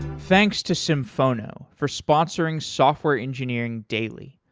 thanks to symphono for sponsoring software engineering daily.